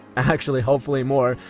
actually, hopefully more.